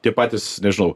tie patys nežinau